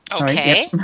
Okay